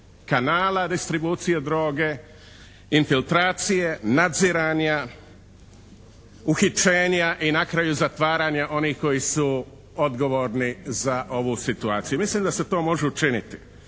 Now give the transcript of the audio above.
kanala distribucije droge, infiltracije nadziranja uhićenja i na kraju zatvaranja onih koji su odgovorni za ovu situaciju. Mislim da se to može učiniti.